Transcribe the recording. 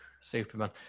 Superman